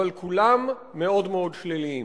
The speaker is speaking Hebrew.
אבל כולם מאוד שליליים.